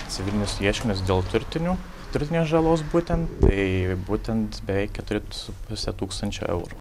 civilinius ieškinius dėl turtinių turtinės žalos būtent tai būtent beveik keturi su puse tūkstančio eurų